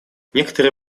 некоторые